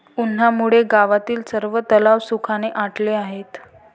उन्हामुळे गावातील सर्व तलाव सुखाने आटले आहेत